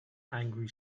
angry